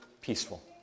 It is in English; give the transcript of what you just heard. peaceful